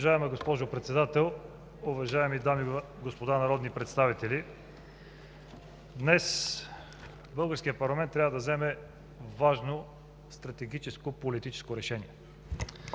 Уважаема госпожо Председател, уважаеми дами и господа народни представители! Днес българският парламент трябва да вземе важно стратегическо и политическо решение.